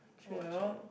true true